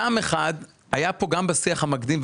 טעם אחד, היה כאן גם בשיח המקדים.